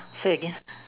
say again